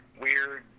weird